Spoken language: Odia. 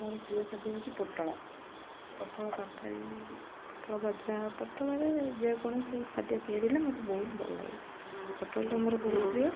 ମୋର ପ୍ରିୟ ଖାଦ୍ୟ ହେଉଛି ପୋଟଳ ପୋଟଳ ତରକାରୀ ପୋଟଳ ଭଜା ପୋଟଳରେ ଯେକୌଣସି ଖାଦ୍ୟ ତିଆରିି ହେଲେ ମତେ ବହୁତ ଭଲ ଲାଗେ ପୋଟଳଟା ମୋର ବହୁତ ପ୍ରିୟ